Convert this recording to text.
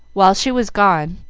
while she was gone,